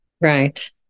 right